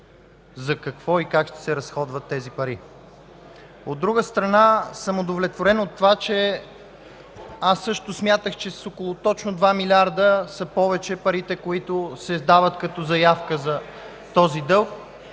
за какво и как ще се разходват тези пари. От друга страна, съм удовлетворен от това, че аз също смятах, че с около точно 2 милиарда са повече парите, които се дават като заявка за този дълг